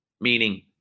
Meaning